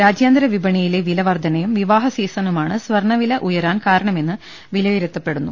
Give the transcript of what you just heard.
രാജ്യാന്തര വിപണിയിലെ വില വർധ നയും വിവാഹ് സീസണുമാണ് സ്വർണവില ഉയരാൻ കാരണ മെന്ന് വിലയിരുത്തപ്പെടുന്നു